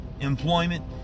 employment